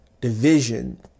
Division